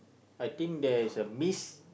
I think there is a miss